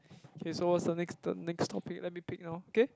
okay so what's the next the next topic let me pick now k